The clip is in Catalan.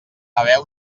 haver